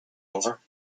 over